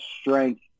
strength